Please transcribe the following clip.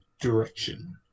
Direction